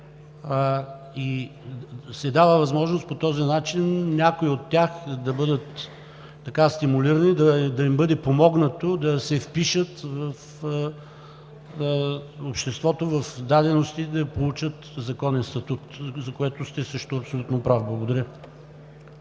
се дава възможност някои от тях да бъдат стимулирани, да им бъде помогнато да се впишат в обществото, в даденостите, да получат законен статут, за което сте също абсолютно прав. Благодаря.